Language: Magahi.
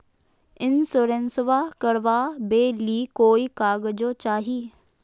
इंसोरेंसबा करबा बे ली कोई कागजों चाही?